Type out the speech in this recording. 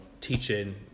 teaching